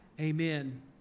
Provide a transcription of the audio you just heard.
Amen